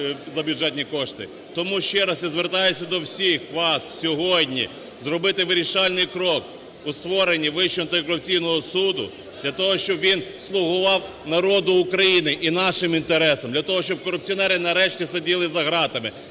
Тому ще раз звертаюся до всіх вас сьогодні зробити вирішальний крок у створенні Вищого антикорупційного суду для того, щоб він слугував народу України і нашим інтересам. Для того, щоб корупціонери, нарешті, сиділи за ґратами,